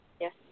Yes